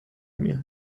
میاد